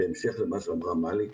בהמשך למה שאמרה מלי.